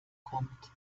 kommt